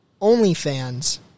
OnlyFans